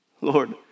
Lord